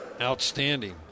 outstanding